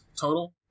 total